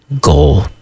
goal